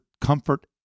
comfort